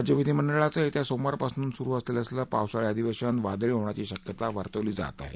राज्य विधीमंडळाचं येत्या सोमवारपासून सुरू होत असलेलं पावसाळी अधिवेशन वादळी होण्याची शक्यता वर्तवली जात आहे